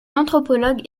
anthropologue